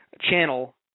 channel